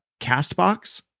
CastBox